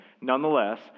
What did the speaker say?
Nonetheless